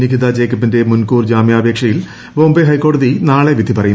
നിഖിത ജേക്കബിന്റെ മുൻകൂർ ജാമ്യപേക്ഷയിൽ ബോംബെ ഹൈക്കോടതി നാളെ വിധി പറയും